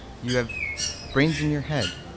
you have brains in your head.